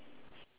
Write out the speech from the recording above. is the same ah